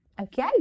Okay